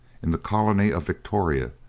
in the colony of victoria,